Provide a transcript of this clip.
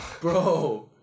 Bro